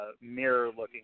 mirror-looking